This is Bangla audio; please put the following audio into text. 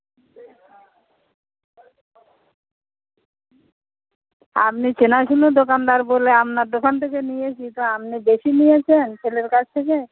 আপনি চেনাশোনা দোকানদার বলে আপনার দোকান থেকে নিয়েছি তো আপনি বেশি নিয়েছেন ছেলের কাছ থেকে